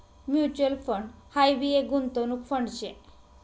mutual fund हाई भी एक गुंतवणूक फंड शे